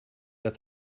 that